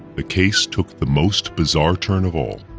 the case took the most bizarre turn of all.